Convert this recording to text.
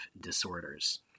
disorders